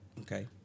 Okay